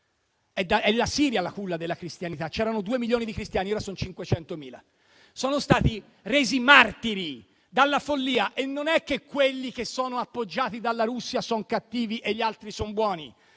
è la Siria la culla della cristianità, dove vi erano due milioni di cristiani, adesso ce ne sono 500.000. Sono stati resi martiri dalla follia e non è che quelli che sono appoggiati dalla Russia sono cattivi e gli altri sono buoni.